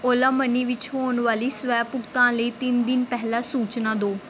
Ola Money ਵਿੱਚ ਹੋਣ ਵਾਲੀ ਸਵੈ ਭੁਗਤਾਨ ਲਈ ਤਿੰਨ ਦਿਨ ਪਹਿਲਾਂ ਸੂਚਨਾ ਦਿਓ